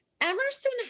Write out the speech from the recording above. Emerson